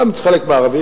וגם אצל חלק מהערבים?